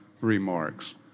remarks